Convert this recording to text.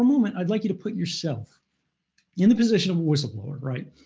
moment i'd like you to put yourself in the position of whistleblower, right?